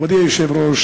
מכובדי היושב-ראש,